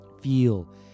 Feel